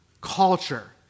culture